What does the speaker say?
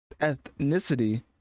ethnicity